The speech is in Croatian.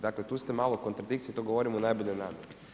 Dakle tu ste malo u kontradikciji, to govorim u najboljoj namjeri.